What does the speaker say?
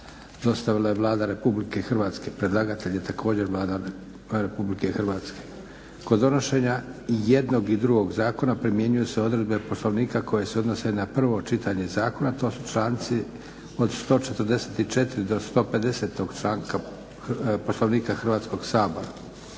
dostavila je Vlada Republike Hrvatske. Predlagatelj je također Vlada Republike Hrvatske. Kod donošenja jednog i drugog zakona primjenjuju se odredbe Poslovnika koje se odnose na prvo čitanje zakona. To su članci od 144. do 150. članka Poslovnika Hrvatskoga sabora.